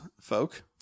folk